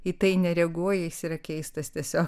į tai nereaguoja jis yra keistas tiesiog